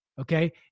Okay